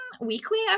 weekly